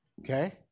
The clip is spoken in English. Okay